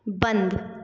बंद